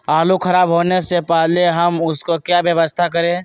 आलू खराब होने से पहले हम उसको क्या व्यवस्था करें?